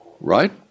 right